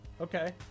Okay